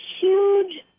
huge